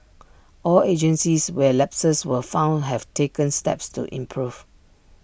all agencies where lapses were found have taken steps to improve